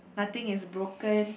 nothing is broken